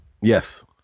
Yes